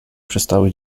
przestały